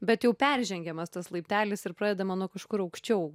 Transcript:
bet jau peržengiamas tas laiptelis ir pradedama nuo kažkur aukščiau